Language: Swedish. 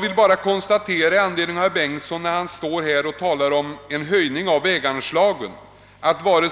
När herr Bengtson talar för en höjning av väganslagen vill